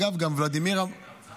מי התנגד, האוצר?